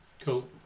cool